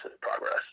progress